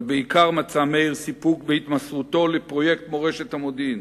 אבל בעיקר מצא מאיר סיפוק בהתמסרותו לפרויקט מורשת המודיעין,